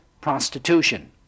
prostitution